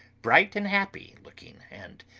bright and happy-looking and,